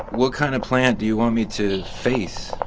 what kind of plant do you want me to face?